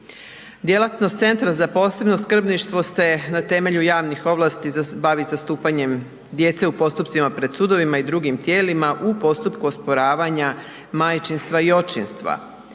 Djelatnost Centra za posebno skrbništvo se na temelju javnih ovlasti bavi zastupanjem djece u postupcima pred sudovima i drugim tijelima u postupku osporavanja majčinstva i očinstva,